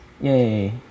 Yay